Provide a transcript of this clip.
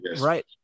right